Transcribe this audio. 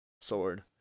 sword